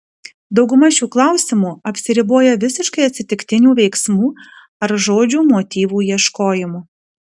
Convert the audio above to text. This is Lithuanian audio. dauguma šių klausimų apsiriboja visiškai atsitiktinių veiksmų ar žodžių motyvų ieškojimu